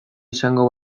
izango